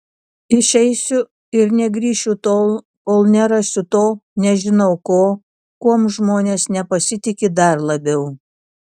išeisiu ir negrįšiu tol kol nerasiu to nežinau ko kuom žmonės nepasitiki dar labiau